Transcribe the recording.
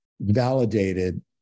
validated